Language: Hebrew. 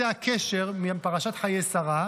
זה הקשר מפרשת חיי שרה,